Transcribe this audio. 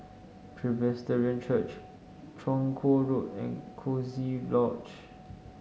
Presbyterian Church Chong Kuo Road and Coziee Lodge